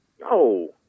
No